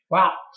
Wow